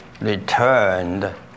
returned